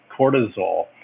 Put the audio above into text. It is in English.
cortisol